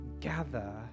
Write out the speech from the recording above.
gather